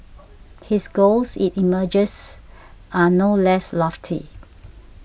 his goals it emerges are no less lofty